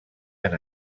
han